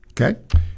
Okay